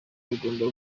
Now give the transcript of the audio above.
bigomba